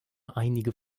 einige